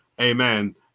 amen